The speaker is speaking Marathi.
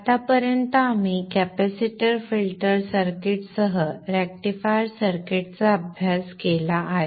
आत्तापर्यंत आम्ही कॅपेसिटर फिल्टर सर्किटसह रेक्टिफायर सर्किटचा अभ्यास केला आहे